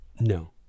no